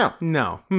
No